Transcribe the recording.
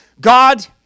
God